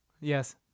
yes